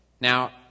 Now